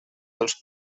dels